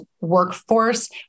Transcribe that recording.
workforce